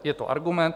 Je to argument.